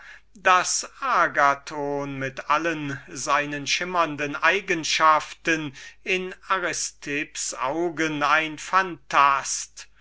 daß agathon mit allen seinen schimmernden eigenschaften in aristipps augen ein